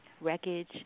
Wreckage